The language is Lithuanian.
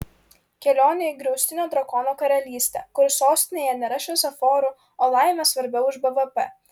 kelionė į griaustinio drakono karalystę kur sostinėje nėra šviesoforų o laimė svarbiau už bvp